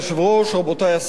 עמיתי חברי הכנסת,